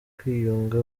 kwiyunga